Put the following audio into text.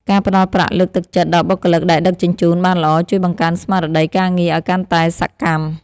ការផ្តល់ប្រាក់លើកទឹកចិត្តដល់បុគ្គលិកដែលដឹកជញ្ជូនបានល្អជួយបង្កើនស្មារតីការងារឱ្យកាន់តែសកម្ម។